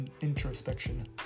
introspection